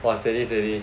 !wah! steady steady